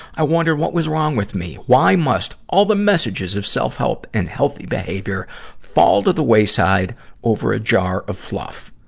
i wondered what was wrong with me. why must all the messages of self-help and healthy behavior fall to the wayside over a jar of fluff?